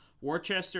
Worcester